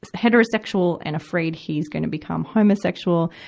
heterosexual and afraid he's gonna become homosexual.